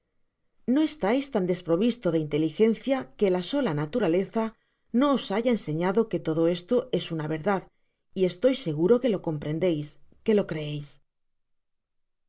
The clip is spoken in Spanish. no estais tan desprovisto de inteligencia que la sola naturaleza no os haya ensenado que todo esto es una verdad y estoy seguro que lo cotnf rendeis que lo creeis